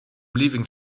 leaving